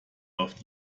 auf